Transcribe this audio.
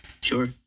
Sure